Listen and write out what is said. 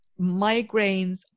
migraines